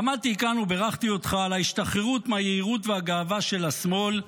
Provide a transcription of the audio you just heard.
עמדתי כאן ובירכתי אותך על ההשתחררות מהיהירות והגאווה של השמאל,